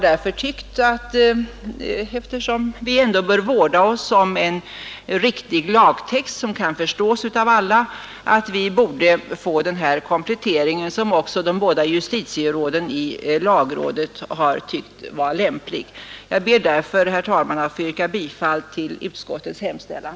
Eftersom vi bör vårda oss om en riktig lagtext, som kan förstås av alla, bör man enligt utskottsmajoritetens mening göra den föreslagna kompletteringen, som också de båda justitieråden i lagrådet har ansett vara lämplig. Jag ber därför, herr talman, att få yrka bifall till utskottets hemställan.